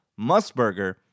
Musburger